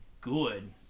good